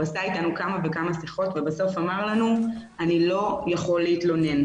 הוא עשה איתנו כמה וכמה שיחות ובסוף אמר לנו: אני לא יכול להתלונן.